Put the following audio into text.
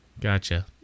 Gotcha